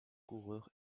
coureurs